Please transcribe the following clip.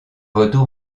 retour